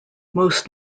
most